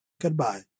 goodbye